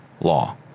law